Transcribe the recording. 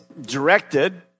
directed